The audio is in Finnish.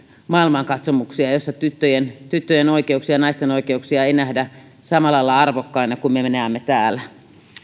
maailmankatsomuksia joissa tyttöjen tyttöjen oikeuksia ja naisten oikeuksia ei nähdä samalla lailla arvokkaina kuin me me näemme täällä